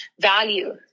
value